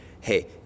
hey